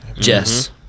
Jess